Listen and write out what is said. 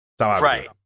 Right